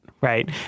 right